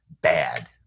bad